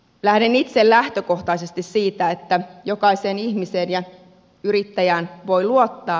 lähden itse lähtökohtaisesti siitä että jokaiseen ihmiseen ja yrittäjään voi luottaa